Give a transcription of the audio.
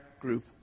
group